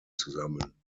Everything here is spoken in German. zusammen